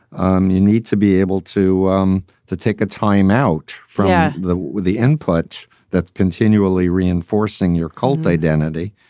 um you need to be able to um to take a time out from yeah the with the input that's continually reinforcing your cult identity.